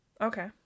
Okay